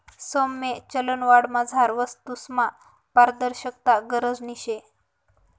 सौम्य चलनवाढमझार वस्तूसमा पारदर्शकता गरजनी शे